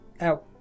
out